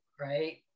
Right